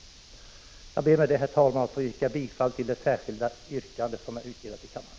Herr talman! Jag ber med detta att få yrka bifall till det särskilda yrkande som är utdelat i kammaren.